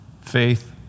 faith